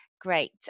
Great